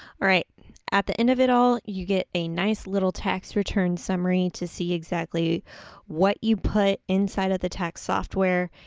at the end of it all, you get a nice little tax return summary to see exactly what you put inside of the tax software,